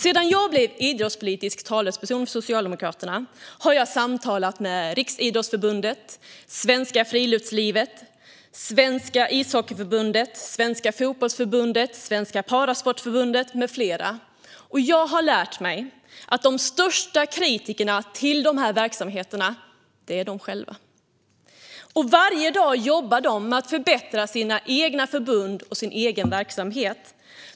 Sedan jag blev idrottspolitisk talesperson för Socialdemokraterna har jag samtalat med Riksidrottsförbundet, Svenskt Friluftsliv, Svenska Ishockeyförbundet, Svenska Fotbollförbundet, Svenska Parasportförbundet med flera. Jag har lärt mig att de största kritikerna till dessa verksamheter är de själva och att de jobbar varje dag med att förbättra sina förbund och sina verksamheter.